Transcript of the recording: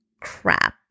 crap